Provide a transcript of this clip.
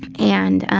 and, um,